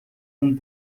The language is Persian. اون